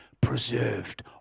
preserved